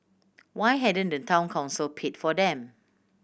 why hadn't the Town Council paid for them